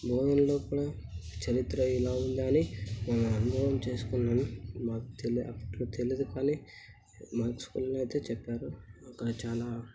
బోధనలో కూడా చరిత్ర ఇలా ఉందా అని మన అనుభవం చేసుకున్నాము మాకు తెలియదు అప్పట్లో తెలియదు కానీ మాకు స్కూల్లో అయితే చెప్పారు ఒక చాలా